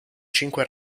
cinque